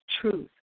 truth